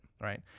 right